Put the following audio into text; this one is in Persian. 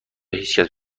هیچکس